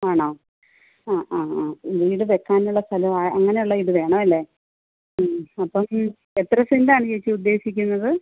ആണോ ആ ആ ആ വീട് വെക്കാനുള്ള സ്ഥലം ആ അങ്ങനെയുള്ള ഇത് വേണം അല്ലേ ഉം അപ്പം എത്ര സെൻഡാണ് ചേച്ചി ഉദ്ദേശിക്കുന്നത്